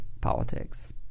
politics